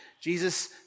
Jesus